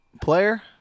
Player